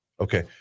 Okay